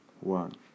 one